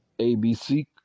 ABC